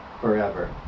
forever